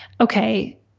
okay